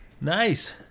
Nice